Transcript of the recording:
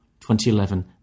2011